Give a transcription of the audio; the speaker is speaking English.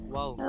Wow